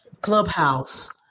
clubhouse